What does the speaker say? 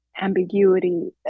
ambiguity